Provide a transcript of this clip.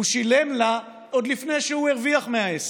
הוא שילם לה עוד לפני שהוא הרוויח מהעסק,